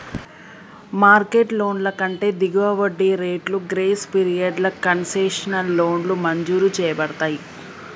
market లోన్ల కంటే దిగువ వడ్డీ రేట్లు, గ్రేస్ పీరియడ్లతో కన్సెషనల్ లోన్లు మంజూరు చేయబడతయ్